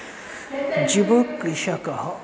युवकृषकः